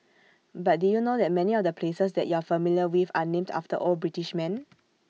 but did you know that many of the places that you're familiar with are named after old British men